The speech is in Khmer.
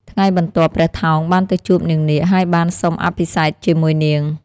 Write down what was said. ថ្ងៃបន្ទាប់ ព្រះថោងបានទៅជួបនាងនាគ ហើយបានសុំអភិសេកជាមួយនាង។